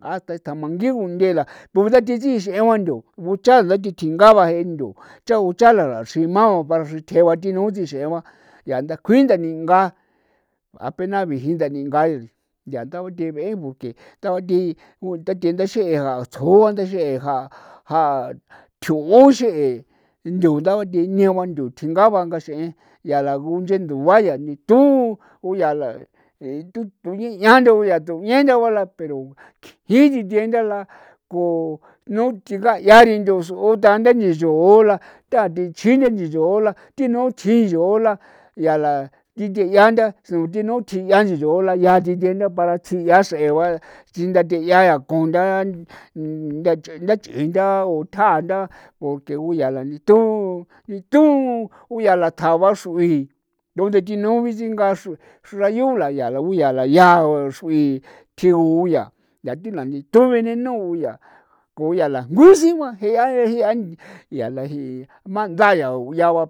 Hasta asthamangi undee la goo ta dexiin x'en ba ndu guchala the tinga ba je'e ni ndo cha u chala laxrima ba para xithjeba ti no tsixee ba yaa ta kjuin nde nga apena bi'ji de bingayaa a u the be'e porque ta thii u ta thi xee ndaaatjoan nda xee ja a thuu xee ndu nda diñao ba dengaaba ngaxi in yaa la guña la nche ndua ni to ku yaa la tutuñiandu tuñendaola ba pero kjin siteendala ko nu tigaayari nchon soo tandee la nchoo la tatechinchoyoo la ti no chiiyo la yaa la ti tjeeya ntha sino ti no tjia ni yoo la yaa ti tienda para tsia xree ba tsintha te ko ntha ndach'e ndach'e da o tjaa ntha o tjeo yaa thi yalaan tjaa ba xru'i donde thi ni bitsinga xra yoo la yaa la yoo la ko xru'i tjio yaa ntha ti ni thueba la ku yaa la sunjuiba jea jia yaa la ji'i mandaya